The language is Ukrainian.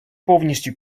повністю